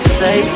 say